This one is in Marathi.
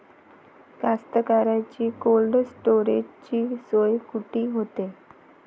कास्तकाराइच्या कोल्ड स्टोरेजची सोय कुटी होते?